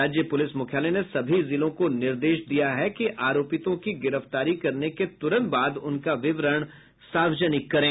राज्य पुलिस मुख्यालय ने सभी जिलों को निर्देश दिया है कि आरोपितों की गिरफ्तारी करने के तुरंत बाद उनका विवरण सार्वजनिक करें